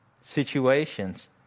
situations